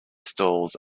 stalls